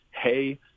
Hey